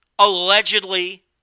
allegedly